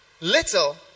little